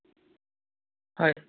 হয়